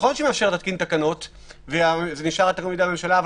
נכון שהיא מאפשרת להתקין תקנות וזה נשאר בידי הממשלה,